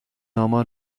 آمار